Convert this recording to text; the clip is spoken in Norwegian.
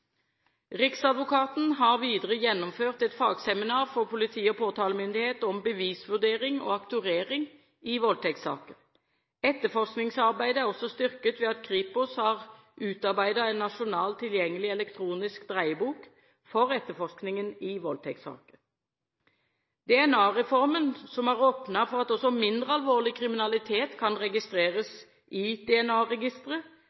Riksadvokaten har videre gjennomført et fagseminar for politi og påtalemyndighet om bevisvurdering og aktorering i voldtektssaker. Etterforskningsarbeidet er også styrket ved at Kripos har utarbeidet en nasjonal tilgjengelig elektronisk dreiebok for etterforskningen i voldtektssaker. DNA-reformen, som har åpnet for at også mindre alvorlig kriminalitet kan